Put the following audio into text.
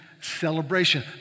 celebration